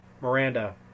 miranda